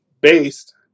based